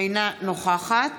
אינה נוכחת